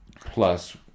plus